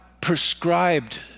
prescribed